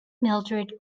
mildrid